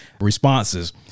responses